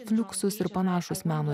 fliuksus ir panašūs meno